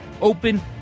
open